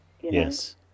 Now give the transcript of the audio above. Yes